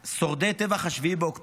שורדי טבח 7 באוקטובר,